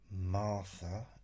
Martha